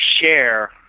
share